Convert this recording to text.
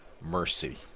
mercy